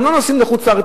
הם לא נוסעים לחוץ-לארץ,